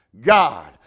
God